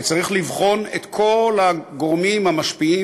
וצריך לבחון את כל הגורמים המשפיעים